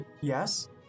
Yes